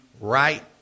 right